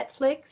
Netflix